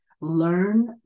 learn